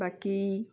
બાકી